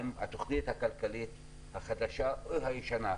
האם התוכנית הכלכלית החדשה או הישנה,